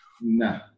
No